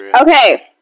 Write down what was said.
okay